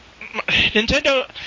Nintendo